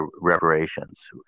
reparations